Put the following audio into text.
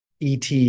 ET